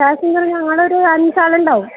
passenger ഞങ്ങളൊരു അഞ്ചാളുണ്ടാവും